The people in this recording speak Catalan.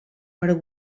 per